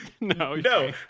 No